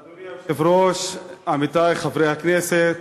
אדוני היושב-ראש, עמיתי חברי הכנסת,